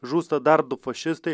žūsta dar du fašistai